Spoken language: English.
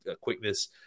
quickness